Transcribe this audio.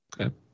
Okay